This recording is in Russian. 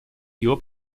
его